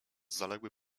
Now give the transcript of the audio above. zaległy